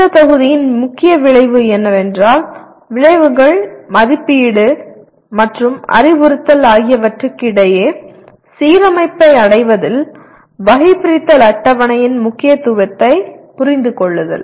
இந்த தொகுதியின் முக்கிய விளைவு என்னவென்றால் விளைவுகள் மதிப்பீடு மற்றும் அறிவுறுத்தல் ஆகியவற்றுக்கிடையே சீரமைப்பை அடைவதில் வகைபிரித்தல் அட்டவணையின் முக்கியத்துவத்தைப் புரிந்து கொள்ளுதல்